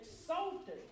exalted